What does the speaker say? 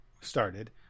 started